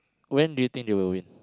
when do you think they will win